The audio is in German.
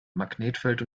magnetfeld